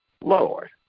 Lord